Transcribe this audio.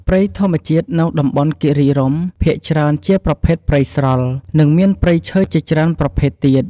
ព្រៃធម្មជាតិនៅតំបន់គិរីរម្យ ភាគច្រើនជាប្រភេទព្រៃស្រល់ និងមានព្រៃឈើជាច្រើនប្រភេទទៀត។